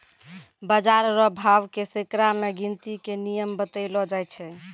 बाजार रो भाव के सैकड़ा मे गिनती के नियम बतैलो जाय छै